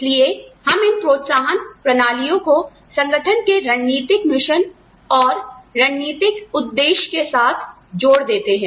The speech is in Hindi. इसलिए हम इन प्रोत्साहन प्रणालियों को संगठन के रणनीतिक मिशन और रणनीतिक उद्देश्य के साथ जोड़ देते हैं